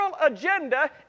agenda